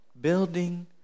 building